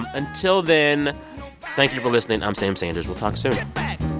and until then thank you for listening. i'm sam sanders. we'll talk soon get back.